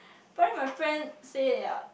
but then my friend say yeah